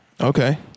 Okay